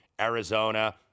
Arizona